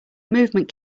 movement